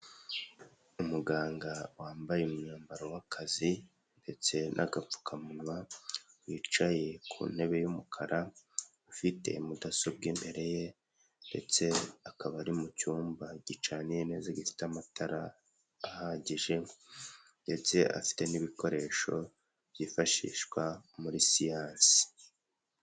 Umuganga wambaye umwambaro w'akazi ndetse n'agapfukamunwa wicaye ku ntebe y'umukara, ufite mudasobwa imbere ye ndetse akaba ari mu cyumba gicaniye neza gifite amatara ahagije ndetse afite n'ibikoresho byifashishwa muri siyansi.